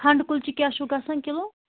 کھنٛڈٕ کُلچہِ کیٛاہ چھُو گژھان کِلوٗ